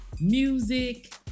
music